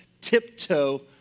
tiptoe